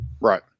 Right